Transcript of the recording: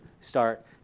start